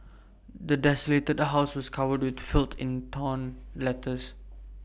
the desolated house was covered in filth and torn letters